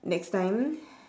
next time